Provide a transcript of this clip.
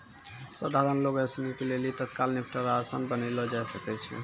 सधारण लोगो सिनी के लेली तत्काल निपटारा असान बनैलो जाय सकै छै